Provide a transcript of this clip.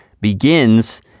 begins